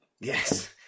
Yes